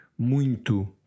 Muito